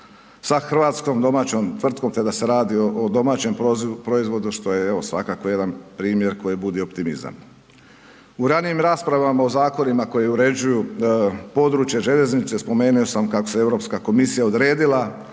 sa hrvatskom domaćom tvrtkom te da se radi o domaćem proizvodu što je evo, svakako jedan primjer koji budi optimizam. U radnijim raspravama u zakonima koji uređuju područje željeznice, spomenuo sam kako se Europska komisija odredila